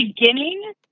beginning